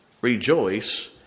Rejoice